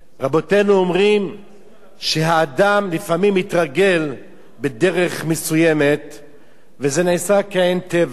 רבותינו אומרים שהאדם לפעמים מתרגל בדרך מסוימת וזה נעשה כעין טבע,